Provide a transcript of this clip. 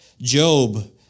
Job